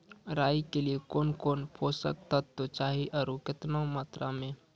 राई के लिए कौन कौन पोसक तत्व चाहिए आरु केतना मात्रा मे?